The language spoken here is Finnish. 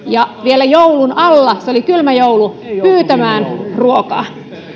ja vielä joulun alla se oli kylmä joulu pyytämään ruokaa